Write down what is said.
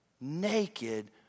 naked